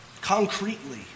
concretely